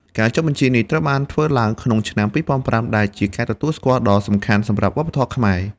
ការចុះបញ្ជីនេះត្រូវបានធ្វើឡើងក្នុងឆ្នាំ ២០០៥ ដែលជាការទទួលស្គាល់ដ៏សំខាន់សម្រាប់វប្បធម៌ខ្មែរ។